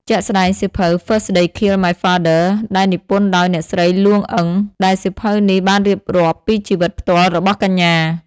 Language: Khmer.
ជាក់ស្តែងសៀវភៅ First They Killed My Father ដែលនិពន្ធដោយ អ្នកស្រីលួង អ៊ឹង ដែលសៀវភៅនេះបានរៀបរាប់ពីជីវិតផ្ទាល់របស់កញ្ញា។